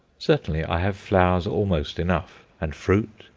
certainly i have flowers almost enough, and fruit,